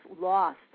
lost